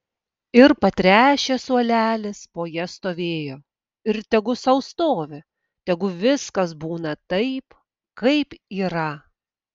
ir patręšęs suolelis po ja stovėjo ir tegu sau stovi tegu viskas būna taip kaip yra